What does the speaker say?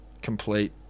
Complete